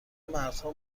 مردها